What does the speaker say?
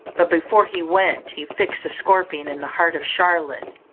but before he went he fixed a scorpion in the heart of charlotte,